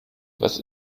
was